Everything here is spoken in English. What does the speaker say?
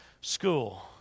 school